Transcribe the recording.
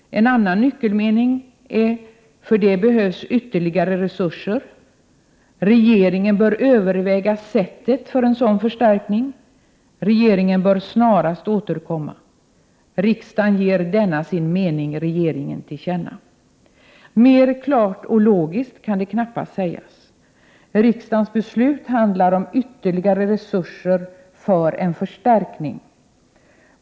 För detta behövs ytterligare resurser. Regeringen bör överväga på vilket sätt en sådan förstärkning skall kunna ske. Regeringen bör snarast återkomma i frågan. Riksdagen ger denna sin mening regeringen till känna. Klarare och mer logiskt kan det knappast sägas. Riksdagens beslut handlar om ytterligare resurser för en förstärkning av IPM.